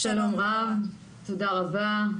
שלום רב, תודה רבה.